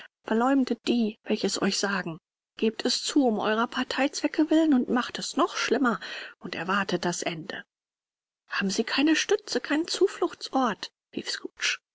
verleumdet die welche es euch sagen gebt es zu um eurer parteizwecke willen und macht es noch schlimmer und erwartet das ende haben sie keine stütze keinen zufluchtsort rief